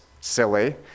silly